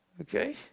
Okay